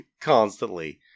constantly